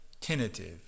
tentative